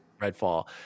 Redfall